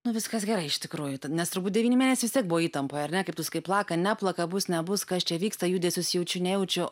nu viskas gerai iš tikrųjų tai nes turbūt devyni mėnesiai vis tiek buvo įtampoj ar ne kaip tu sakai plaka neplaka bus nebus kas čia vyksta judesius jaučiu nejaučiu